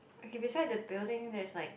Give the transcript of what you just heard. okay beside the building there's like